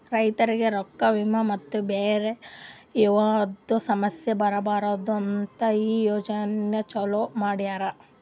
ರೈತುರಿಗ್ ರೊಕ್ಕಾ, ವಿಮಾ ಮತ್ತ ಬ್ಯಾರೆ ಯಾವದ್ನು ಸಮಸ್ಯ ಬರಬಾರದು ಅಂತ್ ಈ ಯೋಜನೆ ಚಾಲೂ ಮಾಡ್ಯಾರ್